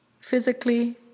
physically